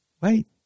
wait